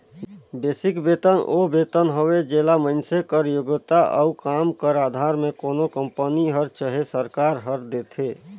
basic बेतन ओ बेतन हवे जेला मइनसे कर योग्यता अउ काम कर अधार में कोनो कंपनी हर चहे सरकार हर देथे